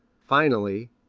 finally,